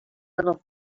little